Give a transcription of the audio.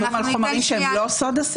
מייד נמשיך.